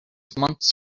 months